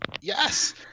Yes